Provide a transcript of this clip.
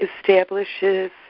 establishes